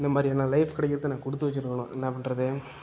இந்த மாதிரியான லைஃப் கிடைக்கிறதுக்கு நான் கொடுத்து வச்சிருக்கணும் என்ன பண்றது